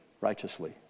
righteously